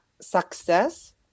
success